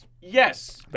Yes